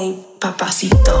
Papacito